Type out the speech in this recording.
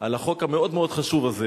על החוק המאוד-מאוד חשוב הזה,